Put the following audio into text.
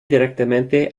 directamente